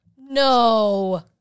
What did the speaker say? No